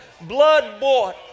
blood-bought